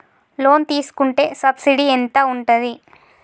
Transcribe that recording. Loan తీసుకుంటే subsidy ఎంత ఉంటది?